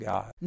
God